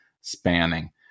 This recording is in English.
spanning